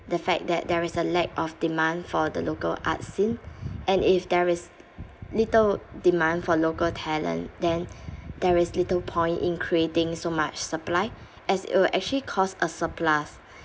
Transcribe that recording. the fact that there is a lack of demand for the local arts scene and if there is little demand for local talent then there is little point in creating so much supply as it will actually caused a surplus